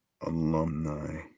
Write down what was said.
Alumni